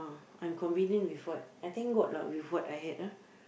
I'm convenient with what I thank god lah with what I had ah